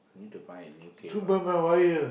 need to buy a new cable